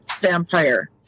vampire